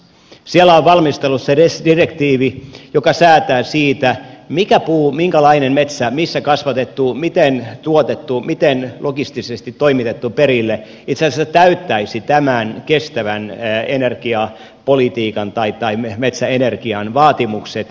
siellä on valmistelussa res direktiivi joka säätää siitä mikä puu minkälainen metsä missä kasvatettu miten tuotettu miten logistisesti toimitettu perille itse asiassa täyttäisi tämän kestävän energiapolitiikan tai metsäenergian vaatimukset